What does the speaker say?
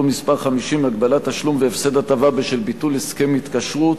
מס' 50) (הגבלת תשלום והפסד הטבה בשל ביטול הסכם התקשרות),